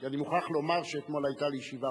כי אני מוכרח לומר שאתמול היתה לי ישיבה